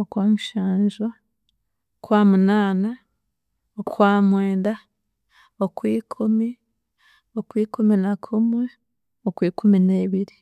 Okwamushanju, Okwamunaana, Okwamwenda, Okwikumi, Okwikuminakumwe, Okwikumineebiri.